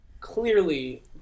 Clearly